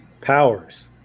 Powers